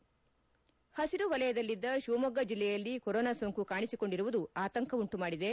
ಪುರು ವಲಯದಲ್ಲಿದ್ದ ತಿವಮೊಗ್ಗ ಜಿಲ್ಲೆಯಲ್ಲಿ ಕೊರೊನಾ ಸೋಂಕು ಕಾಣಿಸಿಕೊಂಡಿರುವುದು ಆತಂಕವುಂಟುಮಾಡಿದೆ